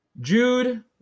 Jude